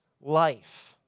Life